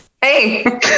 Hey